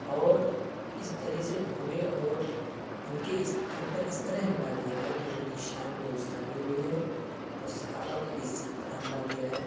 اور اس طرح سے بھونڈے اور ان کے اس ان پر اس طرح حملہ کیا ہے کہ ان کی شان میں غستاکھی ہوئی ہے اور صحابہ کی عزت پرحملہ کیا ہے